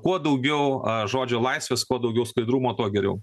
kuo daugiau žodžio laisvės kuo daugiau skaidrumo tuo geriau